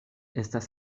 estas